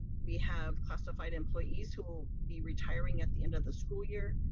we have classified employees who will be retiring at the end of the school year.